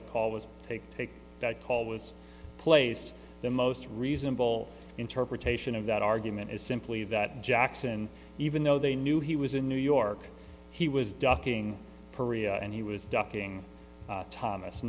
call was take take that call was placed the most reasonable interpretation of that argument is simply that jackson even though they knew he was in new york he was ducking perea and he was ducking thomas